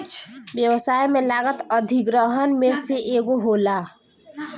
व्यवसाय में लागत अधिग्रहण में से एगो होला